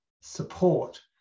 support